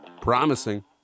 promising